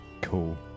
cool